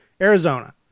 Arizona